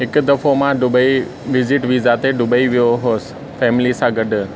हिकु दफ़ो मां डुबई विज़िट विज़ा ते डुबई वियो हुउसि फेमिलीअ सां गॾु